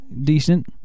decent